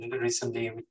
recently